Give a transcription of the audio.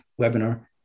webinar